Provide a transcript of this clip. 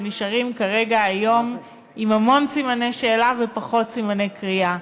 שנשארים כרגע היום עם המון סימני שאלה ופחות סימני קריאה.